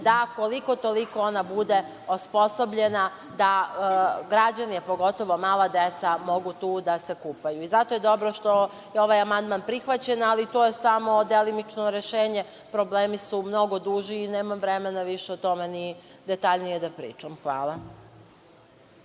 da koliko, toliko ona bude osposobljena da građani, pogotovo mala deca mogu tu da se kupaju. Zato je dobro što je ovaj amandman prihvaćen, ali to je samo delimično rešenje, problemi su mnogo duži i nemam vremena više ni detaljnije o tome da pričam. Hvala.